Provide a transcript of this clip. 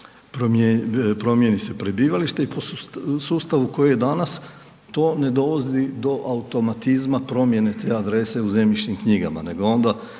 promijeni se prebivalište i to u sustavu koji je danas, to ne dovodi do automatizma promjene te adrese u zemljišnim knjigama nego je onda